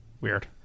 Weird